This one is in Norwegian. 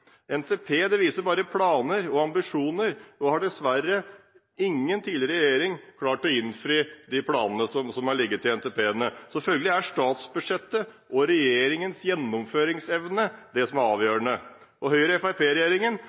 NTP viser bare planer og ambisjoner, og dessverre har ingen tidligere regjering klart å innfri de planene som har ligget i NTP-ene. Følgelig er statsbudsjettet og regjeringens gjennomføringsevne det som er avgjørende.